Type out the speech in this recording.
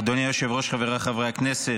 אדוני היושב-ראש, חבריי חברי הכנסת,